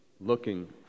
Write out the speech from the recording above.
looking